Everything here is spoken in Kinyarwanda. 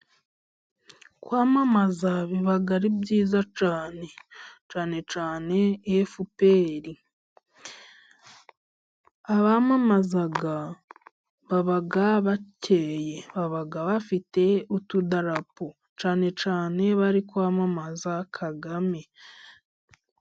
kwamamaza bibaga ari byiza cane cane cane fpr, abamamazaga babaga bakeye, babaga bafite utudarapo cane cane bari kwamamaza kagame.